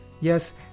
Yes